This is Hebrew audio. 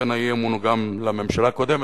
ולכן האי-אמון הוא גם לממשלה הקודמת,